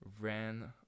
Ran